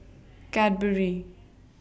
Cadbury